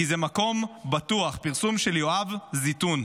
כי זה מקום בטוח, פרסום של יואב זיתון.